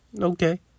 okay